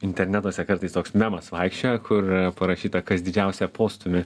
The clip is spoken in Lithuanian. internetuose kartais toks namas vaikščiojo kur parašyta kas didžiausią postūmį